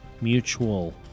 mutual